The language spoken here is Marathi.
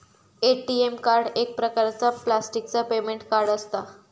ए.टी.एम कार्ड एक प्रकारचा प्लॅस्टिकचा पेमेंट कार्ड असता